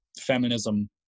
feminism